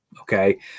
okay